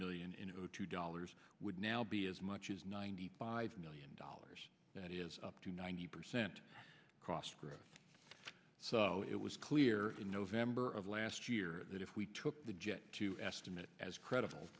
million in two dollars would now be as much as ninety five million dollars that is up to ninety percent cost growth so it was clear in november of last year that if we took the jet to estimate as credible